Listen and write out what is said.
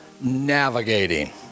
navigating